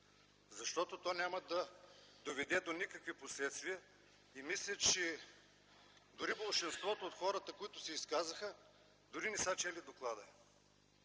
време. То няма да доведе до никакви последствия. Мисля, че дори болшинството от хората, които се изказаха, дори не са чели доклада.